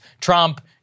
Trump